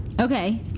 Okay